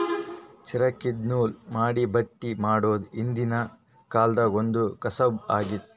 ಚರಕ್ದಿನ್ದ ನೂಲ್ ಮಾಡಿ ಬಟ್ಟಿ ಮಾಡೋದ್ ಹಿಂದ್ಕಿನ ಕಾಲ್ದಗ್ ಒಂದ್ ಕಸಬ್ ಆಗಿತ್ತ್